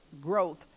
growth